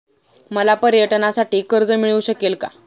मला पर्यटनासाठी कर्ज मिळू शकेल का?